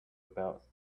about